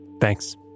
Thanks